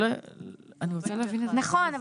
נכון,